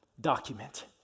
document